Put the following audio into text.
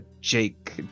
jake